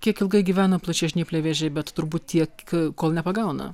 kiek ilgai gyvena plačiažnypliai vėžiai bet turbūt tiek kol nepagauna